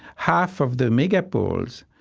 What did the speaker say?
half of the mega-poles,